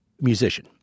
musician